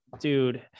dude